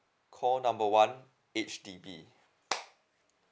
call number one H_D_B